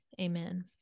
Amen